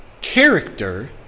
character